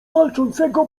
walczącego